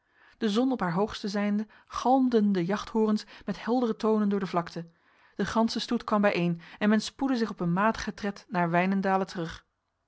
de zon op haar hoogste zijnde galmden de jachthorens met heldere tonen door de vlakte de ganse stoet kwam bijeen en men spoedde zich op een matige tred naar wijnendale terug